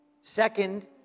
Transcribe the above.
Second